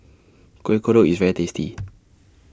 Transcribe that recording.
Kuih Kodok IS very tasty